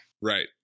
Right